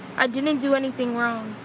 i didn't didn't do anything wrong.